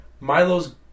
Milo's